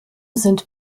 sind